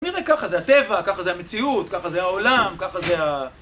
נראה ככה זה הטבע, ככה זה המציאות, ככה זה העולם, ככה זה ה...